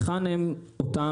היכן הן אותן